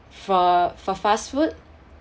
for for fast food